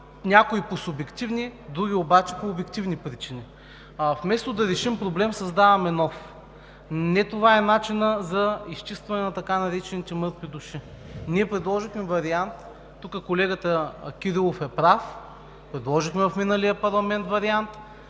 някои по субективни, други обаче по обективни причини. Вместо да решим проблем, създаваме нов. Не това е начинът за изчистване на така наречените „мъртви души“. Ние предложихме вариант. Колегата Кирилов е прав, предложихме вариант в миналия парламент.